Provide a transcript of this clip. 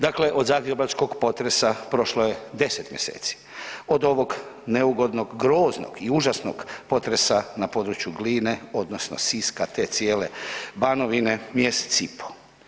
Dakle, od zagrebačkog potresa prošlo je 10 mjeseci, od ovog neugodnog, groznog i užasnog potresa na području Gline, odnosno Siska te cijele Banovine mjesec i pol.